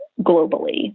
globally